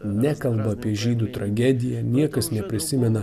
nekalbu apie žydų tragediją niekas neprisimena